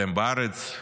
אתם בארץ?